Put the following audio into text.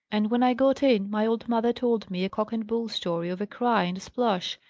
and when i got in, my old mother told me a cock-and-bull story of a cry and a splash,